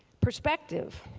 perspective.